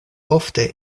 ofte